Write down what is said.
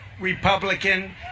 Republican